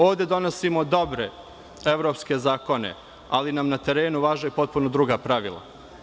Ovde donosimo dobre evropske zakone, ali nam na terenu važe potpuno druga pravila.